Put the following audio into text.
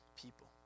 people